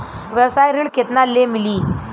व्यवसाय ऋण केतना ले मिली?